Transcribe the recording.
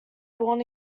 born